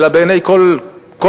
אלא בעיני כל העולם,